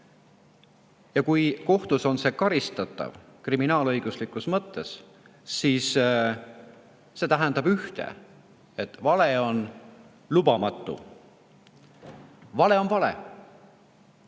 Ja kui kohtus on see karistatav kriminaalõiguslikus mõttes, siis see tähendab ühte: vale on lubamatu. Vale on vale!